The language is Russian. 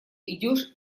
идешь